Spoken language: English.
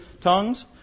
tongues